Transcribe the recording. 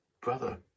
brother